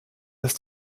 dass